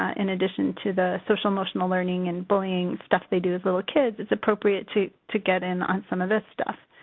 in addition to the social-emotional learning and bullying stuff they do as little kids, it's appropriate to to get in on some of this stuff.